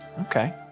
Okay